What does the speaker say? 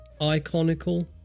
iconical